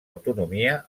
autonomia